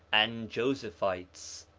and josephites,